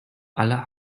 aller